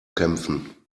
kämpfen